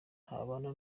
ntabana